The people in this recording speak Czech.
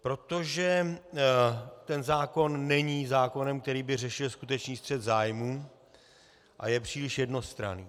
Protože ten zákon není zákonem, který by řešil skutečný střet zájmů, a je příliš jednostranný.